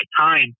time